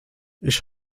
ich